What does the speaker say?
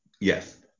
Yes